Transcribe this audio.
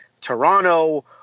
toronto